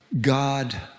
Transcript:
God